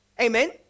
Amen